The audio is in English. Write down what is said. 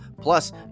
Plus